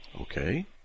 Okay